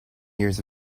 years